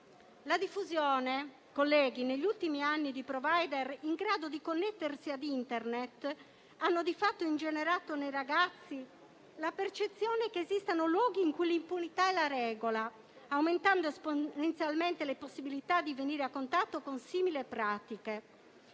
la diffusione negli ultimi anni di *provider* in grado di connettersi a Internet ha di fatto ingenerato nei ragazzi la percezione che esistano luoghi in cui l'impunità è la regola, aumentando esponenzialmente le possibilità di venire a contatto con simili pratiche.